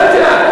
לא יודע.